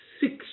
six